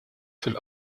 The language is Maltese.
fil